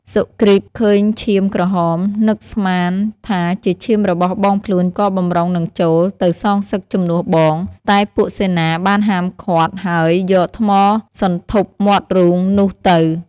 សុគ្រីពឃើញឈាមក្រហមនឹកស្មានថាជាឈាមរបស់បងខ្លួន ក៏បម្រុងនឹងចូល ទៅសងសឹកជំនួសបង តែពួកសេនាបានហាមឃាត់ ហើយយកថ្មសន្ធប់មាត់រូងនោះទៅ។